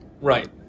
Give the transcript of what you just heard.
Right